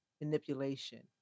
Manipulation